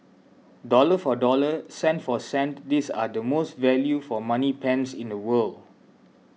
dollar for dollar cent for cent these are the most value for money pens in the world